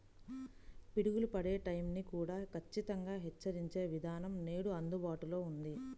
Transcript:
పిడుగులు పడే టైం ని కూడా ఖచ్చితంగా హెచ్చరించే విధానం నేడు అందుబాటులో ఉంది